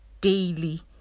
daily